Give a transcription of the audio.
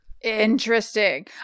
interesting